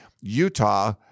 Utah